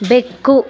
ಬೆಕ್ಕು